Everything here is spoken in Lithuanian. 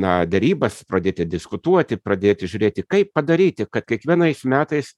na derybas pradėti diskutuoti pradėti žiūrėti kaip padaryti kad kiekvienais metais